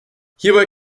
hierbei